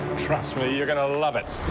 trust me, you're gonna love it.